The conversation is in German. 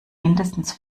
mindestens